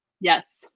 Yes